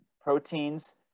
proteins